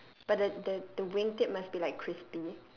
but the the wing tip must be like crispy